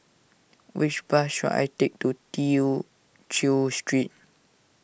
which bus should I take to Tew Chew Street